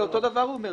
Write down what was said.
זה אותו דבר הוא אומר,